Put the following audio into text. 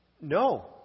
No